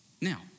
Now